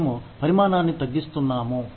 మేము పరిమాణాన్ని తగ్గిస్తున్నాము